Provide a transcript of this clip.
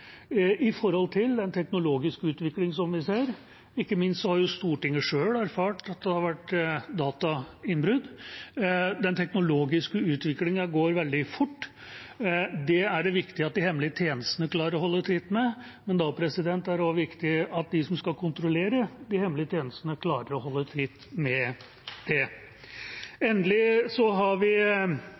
i forhold til en teknologisk utvikling som vi ser. Ikke minst har Stortinget selv erfart at det har vært datainnbrudd. Den teknologiske utviklingen går veldig fort. Det er det viktig at de hemmelige tjenestene klarer å holde tritt med. Men da er det også viktig at de som skal kontrollere de hemmelige tjenestene, klarer å holde tritt med det. Endelig har vi